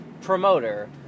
promoter